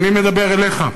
אני מדבר אליך.